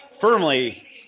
firmly